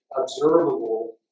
observable